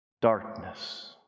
Darkness